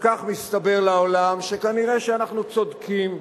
וכך מסתבר לעולם שכנראה אנחנו צודקים,